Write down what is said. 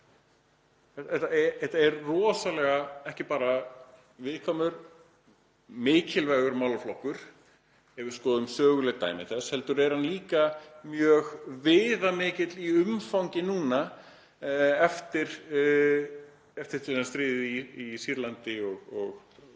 Þetta er ekki bara viðkvæmur og mikilvægur málaflokkur ef við skoðum söguleg dæmi þess heldur er hann líka mjög viðamikill í umfangi núna eftir t.d. stríðið í Sýrlandi og hina